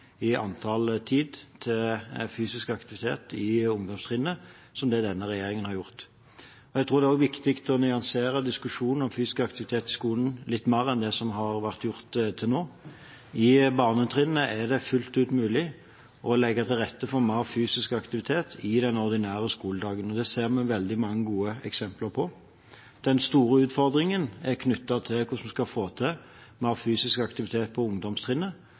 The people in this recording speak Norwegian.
i tid til fysisk aktivitet i ungdomstrinnet som det denne regjeringen har gjort. Jeg tror også det er viktig å nyansere diskusjonen om fysisk aktivitet i skolen litt mer enn det som har vært gjort til nå. I barnetrinnet er det fullt ut mulig å legge til rette for mer fysisk aktivitet i den ordinære skoledagen. Det ser vi veldig mange gode eksempler på. Den store utfordringen er knyttet til hvordan vi skal få til mer fysisk aktivitet på ungdomstrinnet,